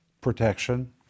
protection